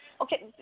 Okay